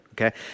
Okay